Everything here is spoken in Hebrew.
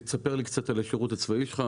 "תספר לי קצת על השירות הצבאי שלך",